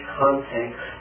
context